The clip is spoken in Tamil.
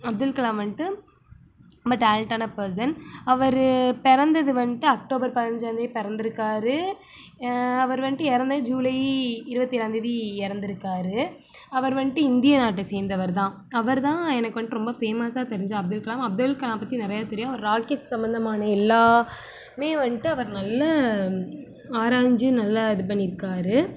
அப்துல் கலாம் வந்துட்டு ரொம்ப டேலண்ட்டான பேர்சன் அவர் பிறந்தது வந்துட்டு அக்டோபர் பதினஞ்சாந்தேதி பிறந்துருக்காரு அவர் வந்துட்டு இறந்தது ஜூலை இருபத்தி ஏழாந்தேதி இறந்துருக்காரு அவர் வந்துட்டு இந்திய நாட்டை சேந்தவர்தான் அவர்தான் எனக்கு வந்துட்டு ரொம்ப ஃபேமஸ்ஸாக தெரிந்த அப்துல் கலாம் அப்துல் கலாம் பற்றி நிறைய தெரியும் அவர் ராக்கெட் சம்மந்தமான எல்லா மே வந்துட்டு அவர் நல்லா ஆராய்ந்து நல்லா இது பண்ணி இருக்கார்